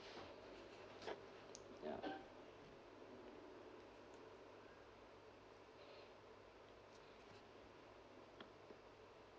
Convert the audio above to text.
ya